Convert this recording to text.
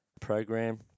program